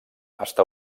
està